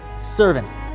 servants